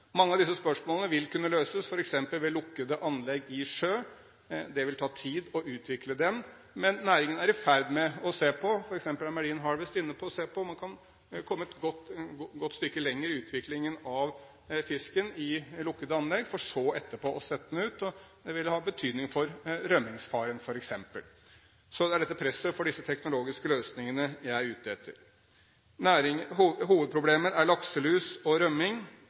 Mange av disse spørsmålene vil kunne løses f.eks. ved lukkede anlegg i sjø. Det vil ta tid å utvikle dem, men næringen – f.eks. Marine Harvest – er i ferd med å se på om man kan komme et godt stykke lenger i utviklingen av fisken i lukkede anlegg, for så etterpå å sette den ut. Det vil ha betydning for f.eks. rømningsfaren. Så det er dette presset for disse teknologiske løsningene jeg er ute etter. Hovedproblemet er lakselus og